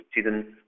students